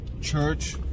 church